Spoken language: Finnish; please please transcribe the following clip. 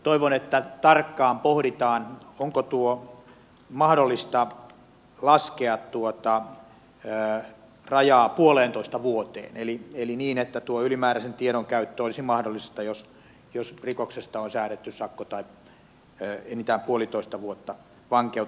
toivon että tarkkaan pohditaan onko mahdollista laskea tuota rajaa puoleentoista vuoteen eli niin että tuo ylimääräisen tiedon käyttö olisi mahdollista jos rikoksesta on säädetty sakko tai enintään puolitoista vuotta vankeutta